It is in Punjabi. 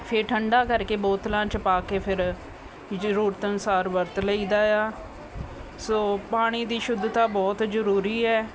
ਫਿਰ ਠੰਡਾ ਕਰਕੇ ਬੋਤਲਾਂ 'ਚ ਪਾ ਕੇ ਫਿਰ ਜ਼ਰੂਰਤ ਅਨੁਸਾਰ ਵਰਤ ਲਈਦਾ ਆ ਸੋ ਪਾਣੀ ਦੀ ਸ਼ੁੱਧਤਾ ਬਹੁਤ ਜ਼ਰੂਰੀ ਹੈ